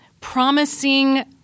promising